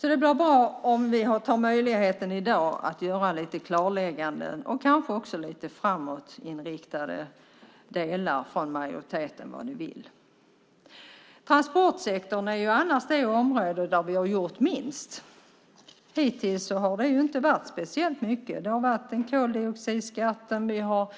Det vore därför bra om majoriteten i dag gör lite klarlägganden och redogör lite grann för vad ni vill framöver. Transportsektorn är annars det område där vi har gjort minst. Hittills har det inte varit speciellt mycket. Det har varit koldioxidskatten och